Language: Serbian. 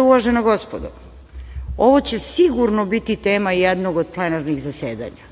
uvažena gospodo, ovo će sigurno biti tema jednog od plenarnih zasedanja,